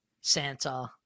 Santa